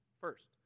first